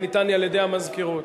ניתן לי על-ידי המזכירות.